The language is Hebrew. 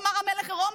לומר שהמלך עירום,